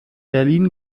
berlin